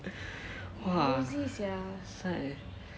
!wah!